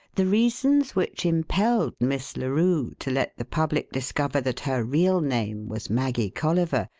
the reasons which impelled miss larue to let the public discover that her real name was maggie colliver,